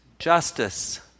Justice